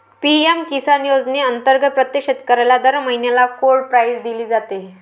PM Kisan योजनेअंतर्गत प्रत्येक शेतकऱ्याला दर महिन्याला कोड प्राईज दिली जाते